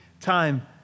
time